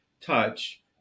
touch